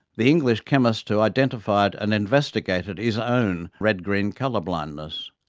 the english chemist who identified and investigated his own red-green colour blindness.